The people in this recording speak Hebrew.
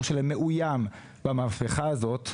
השלכות הרפורמה במערכת המשפט על המחקר האקדמי והמו"פ בישראל.